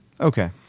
Okay